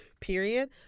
period